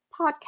podcast